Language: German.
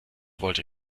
wollte